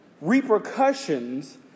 repercussions